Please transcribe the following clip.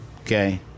okay